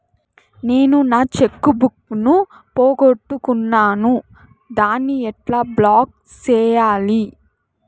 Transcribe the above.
నేను నా cheque book ను పోగొట్టుకున్నాను దాన్ని ఎట్లా బ్లాక్ సేయాలి?